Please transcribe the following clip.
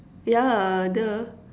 yeah !duh!